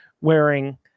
wearing